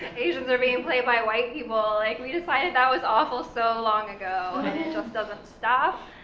asians are being played by white people, like we decided that was awful so long ago, and it just doesn't stop.